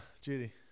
Judy